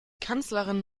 kanzlerin